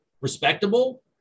respectable